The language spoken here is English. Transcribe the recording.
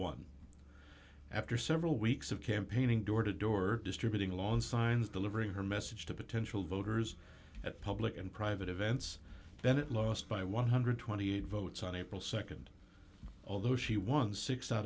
won after several weeks of campaigning door to door distributing lawn signs delivering her message to potential voters at public and private events then it lost by one hundred and twenty eight dollars votes on april nd although she won six out